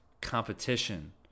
competition